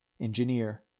Engineer